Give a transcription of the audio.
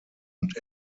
und